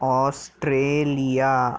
Australia